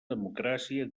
democràcia